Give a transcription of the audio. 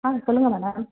ஆ சொல்லுங்கள் மேடம்